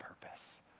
purpose